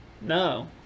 No